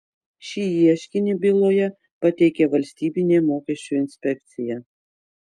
šį ieškinį byloje pateikė valstybinė mokesčių inspekcija